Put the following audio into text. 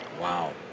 Wow